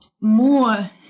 more